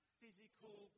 physical